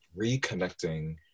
reconnecting